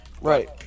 Right